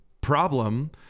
problem